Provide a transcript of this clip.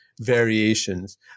Variations